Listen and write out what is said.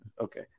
okay